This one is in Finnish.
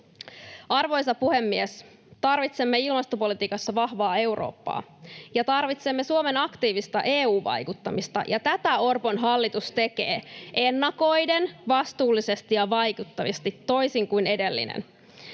Arvoisa puhemies! Tarvitsemme ilmastopolitiikassa vahvaa Eurooppaa, ja tarvitsemme Suomen aktiivista EU-vaikuttamista, ja tätä Orpon hallitus tekee ennakoiden, vastuullisesti ja vaikuttavasti, toisin kuin edellinen.